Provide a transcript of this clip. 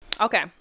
Okay